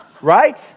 right